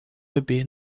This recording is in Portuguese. bebê